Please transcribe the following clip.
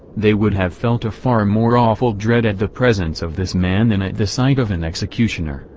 they would have felt a far more awful dread at the presence of this man than at the sight of an executioner,